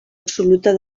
absoluta